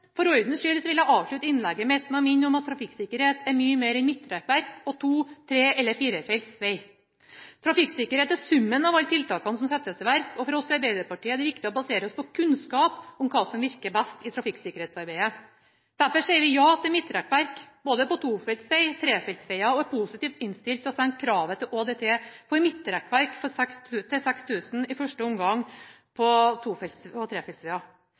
For ordens skyld vil jeg avslutte innlegget mitt med å minne om at trafikksikkerhet er mye mer enn midtrekkverk, to-, tre- eller firefeltsveg. Trafikksikkerhet er summen av alle tiltakene som settes i verk, og for oss i Arbeiderpartiet er det viktig å basere seg på kunnskap om hva som virker best i trafikksikkerhetsarbeidet. Derfor sier vi ja til midtrekkverk på både tofeltsveger og trefeltsveger og er positivt innstilt til å senke kravet til ÅDT for midtrekkverk til 6 000 i første omgang på to- og